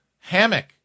hammock